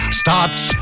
starts